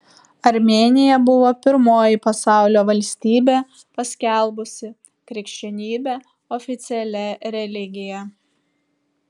armėnija buvo pirmoji pasaulio valstybė paskelbusi krikščionybę oficialia religija